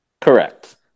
Correct